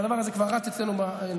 אבל הדבר הזה כבר רץ אצלנו בנתיב.